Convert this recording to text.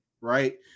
right